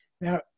Now